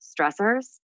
stressors